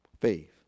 faith